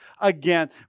again